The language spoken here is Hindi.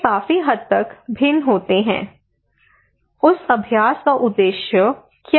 वे काफी हद तक भिन्न होते हैं उस अभ्यास का उद्देश्य क्या है